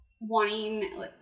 wanting